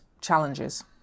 challenges